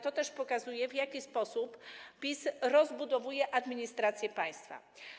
To też pokazuje, w jaki sposób PiS rozbudowuje administrację państwa.